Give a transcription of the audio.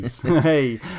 Hey